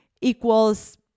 equals